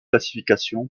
classification